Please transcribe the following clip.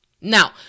Now